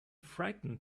frightened